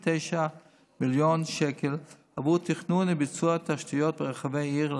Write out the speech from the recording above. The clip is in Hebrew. מיליון שקלים עבור תכנון וביצוע תשתיות ברחבי העיר,